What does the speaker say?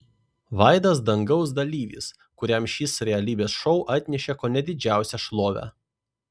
vaidas dangaus dalyvis kuriam šis realybės šou atnešė kone didžiausią šlovę